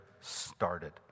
started